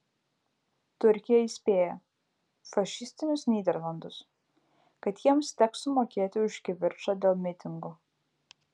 turkija įspėja fašistinius nyderlandus kad jiems teks sumokėti už kivirčą dėl mitingų